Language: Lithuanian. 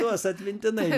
juos atmintinai